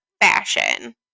fashion